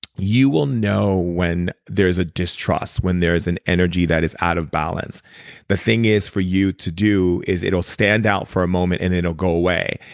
you will know when there's a distrust when there's an energy that is out of balance the things is for you to do is it'll standout for a moment and it'll go away.